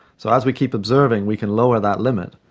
so as we keep observing we can lower that limit,